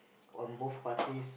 on both parties